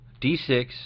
d6